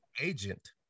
Agent